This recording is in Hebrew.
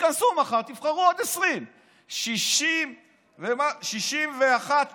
תתכנסו מחר ותבחרו עוד 20. 61 שופטים